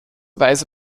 weise